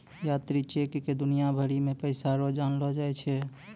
यात्री चेक क दुनिया भरी मे पैसा रो जानलो जाय छै